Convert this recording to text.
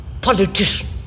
politician